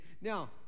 Now